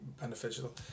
beneficial